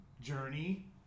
Journey